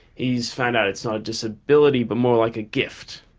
he's found out it's not a disability but more like a gift,